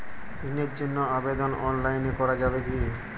ঋণের জন্য আবেদন অনলাইনে করা যাবে কি?